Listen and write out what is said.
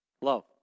Love